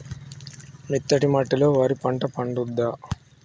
మెత్తటి మట్టిలో వరి పంట పండుద్దా?